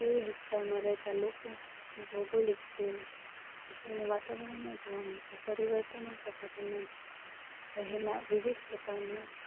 તે વિસ્તારમાં રહેતાં લોકો અને ભૌગોલિક જે આપણને વાતાવરણમાં જોવા મળતા પરિવર્તનો તથા તેમાં રહેલા વિવિધ પ્રકારના